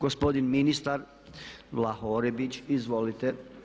Gospodin ministar Vlaho Orepić, izvolite.